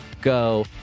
go